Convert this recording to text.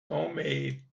homemade